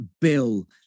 Bill